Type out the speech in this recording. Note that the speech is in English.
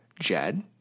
Jed